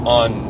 on